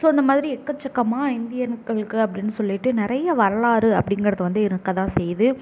so இந்தமாதிரி எக்கச்சக்கமா இந்தியர்களுக்கு அப்படின்னு சொல்லிட்டு நிறைய வரலாறு அப்படிங்கிறது வந்து இருக்கதான் செய்யுது